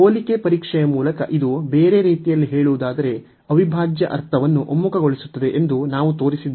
ಹೋಲಿಕೆ ಪರೀಕ್ಷೆಯ ಮೂಲಕ ಇದು ಬೇರೆ ರೀತಿಯಲ್ಲಿ ಹೇಳುವುದಾದರೆ ಅವಿಭಾಜ್ಯ ಅರ್ಥವನ್ನು ಒಮ್ಮುಖಗೊಳಿಸುತ್ತದೆ ಎಂದು ನಾವು ತೋರಿಸಿದ್ದೇವೆ